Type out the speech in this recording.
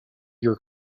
your